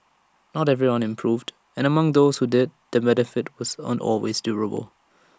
not everyone improved and among those who did the benefit wasn't always durable